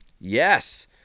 Yes